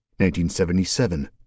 1977